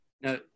Now